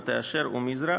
מטה-אשר ומזרע,